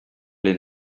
les